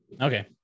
Okay